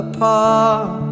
Apart